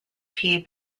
tee